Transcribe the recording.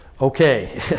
okay